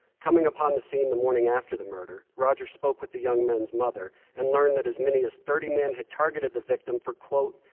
coming upon the scene the morning after the murder, rogers spoke with the young man's mother and learned that as many as thirty men had targeted the victim for, quote,